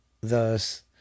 Thus